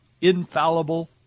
infallible